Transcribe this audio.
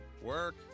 work